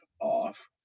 off